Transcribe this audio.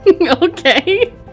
Okay